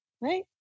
right